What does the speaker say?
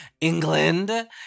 England